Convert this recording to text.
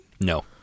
No